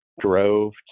drove